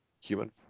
Human